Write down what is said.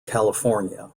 california